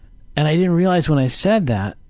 and i didn't realize when i said that,